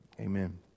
amen